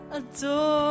adore